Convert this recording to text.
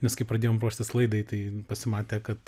nes kai pradėjom ruoštis laidai tai pasimatė kad